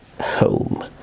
home